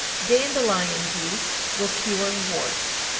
dandelion juice will cure warts.